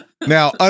now